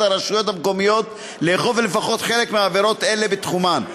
הרשויות המקומיות לאכוף לפחות בחלק מעבירות אלה בתחומן,